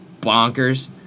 bonkers